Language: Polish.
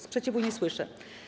Sprzeciwu nie słyszę.